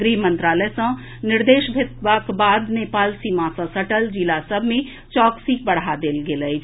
गृह मंत्रालय सॅ निर्देश भेटबाक बाद नेपाल सीमा सॅ सटल जिला सभ मे चौकसी बढ़ा देल गेल अछि